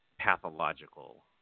pathological